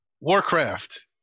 Warcraft